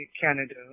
Canada